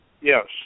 yes